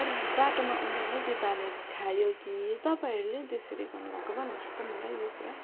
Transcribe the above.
बाटोमा आउँदा आउँदै त्यो दाले खायो कि तपाईँहरूले त्यसरी गर्नु भएको भन्नुहोस् त मलाई यो कुरा